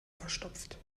verstopft